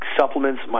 supplements